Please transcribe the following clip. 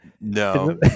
No